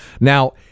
now